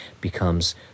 becomes